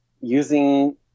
using